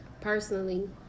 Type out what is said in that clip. personally